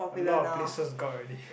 a lot of places got already